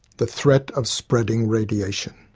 the threat of spreading radiation.